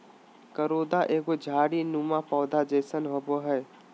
करोंदा एगो झाड़ी नुमा पौधा जैसन होबो हइ